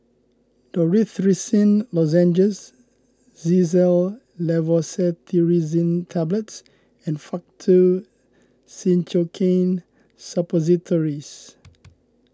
Dorithricin Lozenges Xyzal Levocetirizine Tablets and Faktu Cinchocaine Suppositories